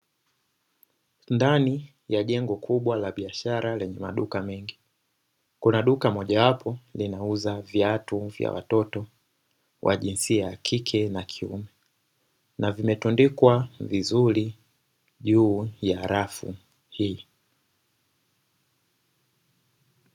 Ndani ya jengo kubwa la biashara kuna duka mojawapo linauza viatu vya watoto wa jinsia ya kike na kiume na vimetundikwa vizuri juu ya rafu hii.